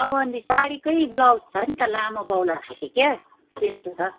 चौबन्दी साडीकै ब्लाउज छन् त लामो बाहुला खालके क्या त्यस्तो छ